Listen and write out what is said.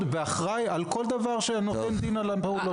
ואחראי לכל דבר שנותן דין על הפעולות שלו.